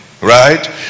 right